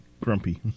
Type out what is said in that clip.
Grumpy